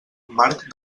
marc